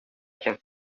can